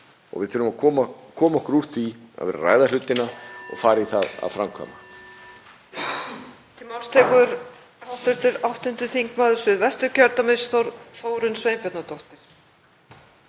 og við þurfum að koma okkur úr því að vera að ræða hlutina og fara í það að framkvæma.